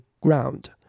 ground